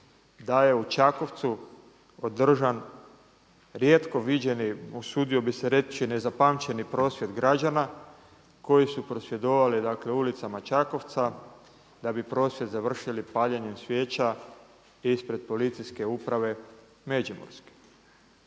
da je u Čakovcu održan rijetko viđeni, usudio bih se reći nezapamćeni prosvjed građana koji su prosvjedovali, dakle ulicama Čakovca da bi prosvjed završili paljenjem svijeća ispred Policijske uprave Međimurske.